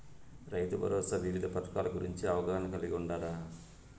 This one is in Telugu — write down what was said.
రైతుభరోసా వివిధ పథకాల గురించి అవగాహన కలిగి వుండారా?